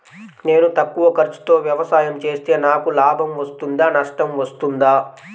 నేను తక్కువ ఖర్చుతో వ్యవసాయం చేస్తే నాకు లాభం వస్తుందా నష్టం వస్తుందా?